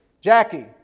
Jackie